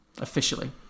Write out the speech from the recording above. Officially